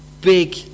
big